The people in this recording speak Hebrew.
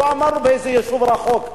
לא אמרנו באיזה יישוב רחוק.